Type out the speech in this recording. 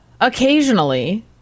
Occasionally